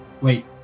Wait